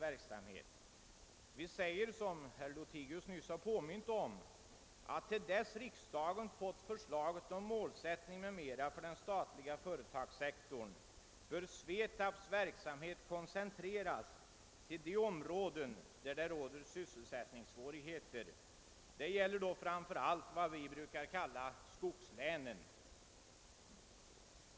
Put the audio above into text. I denna reservation heter det — som herr Lothigius nyss påmint om: »Till dess riksdagen förelagts förslag om målsättning m.m. för utvecklingen av den statliga företagssektorn bör SVETAB:s verksamhet koncentreras till orter och regioner där det råder sysselsättningssvårigheter.« Detta gäller framför allt de s.k. skogslänen.